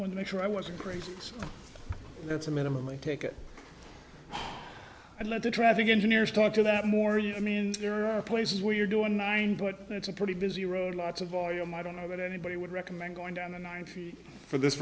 want to make sure i wasn't crazy so that's a minimum i take it and let the traffic engineers talk to that more yeah i mean there are places where you're doing nine but that's a pretty busy road lots of volume i don't know that anybody would recommend going down the ninety for this